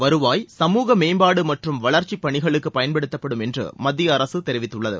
வருவாய்சமுக மேம்பாடு மற்றும் வளர்ச்சி பணிகளுக்குபயன்படுத்தப்படும் என்று மத்திய அரசு தெரிவித்துள்ளது